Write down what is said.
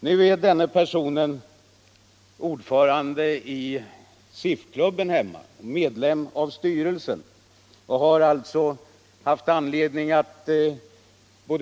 Nu är den person jag här berättat om ordförande i SIF-klubben hemma och har alltså haft anledning att